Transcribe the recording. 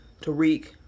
Tariq